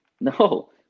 No